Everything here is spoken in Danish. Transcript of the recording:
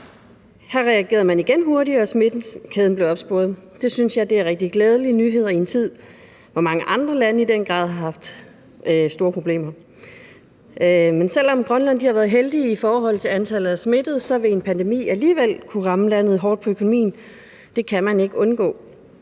Her reagerede man igen hurtigt, og smittekæden blev opsporet. Det synes jeg er rigtig glædelige nyheder i en tid, hvor mange andre lande i den grad har haft store problemer. Men selv om Grønland har været heldige i forhold til antallet af smittede, vil en pandemi alligevel kunne ramme landet hårdt på økonomien. Det kan man ikke undgå.